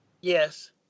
Yes